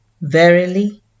Verily